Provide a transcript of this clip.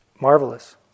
Marvelous